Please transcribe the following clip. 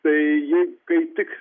tai jei kaip tik